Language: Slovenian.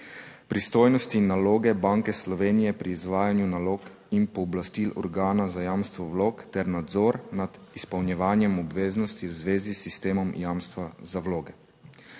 pristojnosti in naloge Banke Slovenije pri izvajanju nalog in pooblastil organa za jamstvo vlog ter nadzor nad izpolnjevanjem obveznosti v zvezi s sistemom jamstva za vloge.